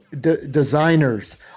designers